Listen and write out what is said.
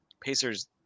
Pacers